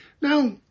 Now